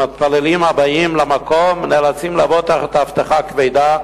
המתפללים הבאים למקום נאלצים לבוא תחת אבטחה כבדה,